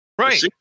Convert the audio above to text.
right